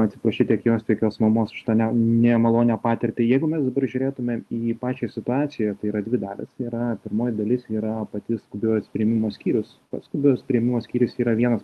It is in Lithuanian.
atsiprašyt tiek jos tiek jos mamos už tą ne nemalonią patirtį jeigu mes dabar žiūrėtume į pačią situaciją tai yra dvi dalys tai yra pirmoji dalis yra pati skubios priėmimo skyrius pats skubios priėmimo skyrius yra vienas